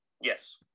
Yes